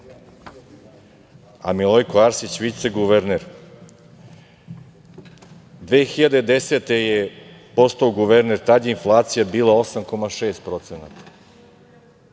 a Milojko Arsić viceguverner. Godine 2010. postao je guverner, tada je inflacija bila 8,6%,